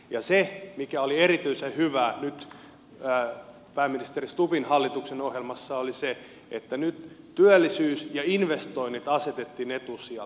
ja se mikä oli erityisen hyvää nyt pääministeri stubbin hallituksen ohjelmassa oli se että nyt työllisyys ja investoinnit asetettiin etusijalle